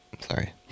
sorry